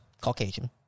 Caucasian